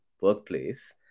workplace